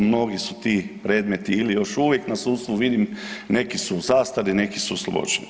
Mnogi su ti predmeti ili još uvijek na sudstvu, vidim neki su u zastari neki su oslobođeni.